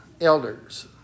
Elders